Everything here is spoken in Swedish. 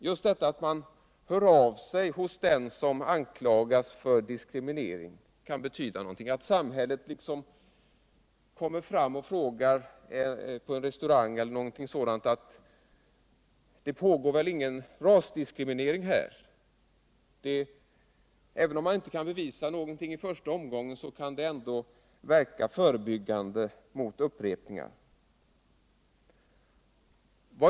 Just detta att höra av sig hos den som anklagas för diskriminering kan betyda någonting, detta att representanter för samhället kommer fram och frågar på en restaurang ce. d.: Det pågår väl ingen rasdiskriminering här? Även om man inte kan bevisa någonting i första omgången kan detta ändå förebygga upprepningar.